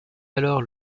alors